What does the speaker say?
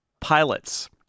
pilots